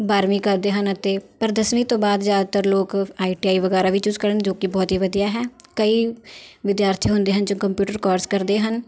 ਬਾਰਵੀਂ ਕਰਦੇ ਹਨ ਅਤੇ ਪਰ ਦਸਵੀਂ ਤੋਂ ਬਾਅਦ ਜ਼ਿਆਦਾਤਰ ਲੋਕ ਆਈ ਟੀ ਆਈ ਵਗੈਰਾ ਵੀ ਚੂਸ ਕਰਨ ਜੋ ਕਿ ਬਹੁਤ ਹੀ ਵਧੀਆ ਹੈ ਕਈ ਵਿਦਿਆਰਥੀ ਹੁੰਦੇ ਹਨ ਜੋ ਕੰਪਿਊਟਰ ਕੋਰਸ ਕਰਦੇ ਹਨ